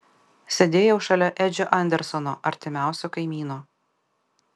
sėdėjau šalia edžio andersono artimiausio kaimyno